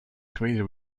greeted